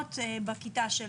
מיניות בכיתה שלהם?